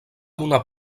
donar